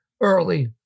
early